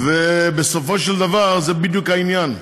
ובסופו של דבר, זה בדיוק העניין,